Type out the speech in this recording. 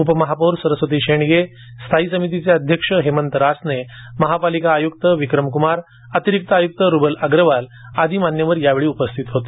उपमहापौर सरस्वती शंडगे स्थायी समितीचे अध्यक्ष हेमंत रासने महापालिका आयुक्त विक्रमकुमार अतिरिक्त आयुक्त रुबल अग्रवाल आदी या वेळी उपस्थित होते